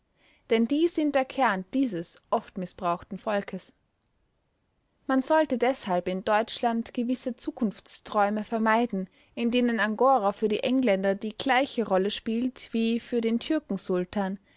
denn die sind der kern dieses oft mißbrauchten volkes man sollte deshalb in deutschland gewisse zukunftsträume vermeiden in denen angora für die engländer die gleiche rolle spielt wie für den